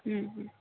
হুম হুম